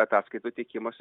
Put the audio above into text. ataskaitų teikimosi